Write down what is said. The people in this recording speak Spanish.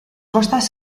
costas